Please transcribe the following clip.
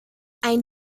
ein